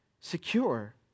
secure